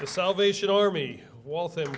the salvation army walt